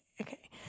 okay